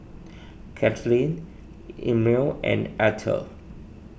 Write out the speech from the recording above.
Caitlyn Emil and Arther